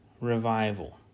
revival